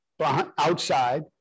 outside